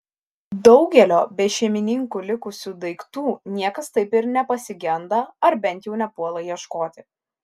daugelio be šeimininkų likusių daiktų niekas taip ir nepasigenda ar bent jau nepuola ieškoti